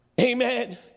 amen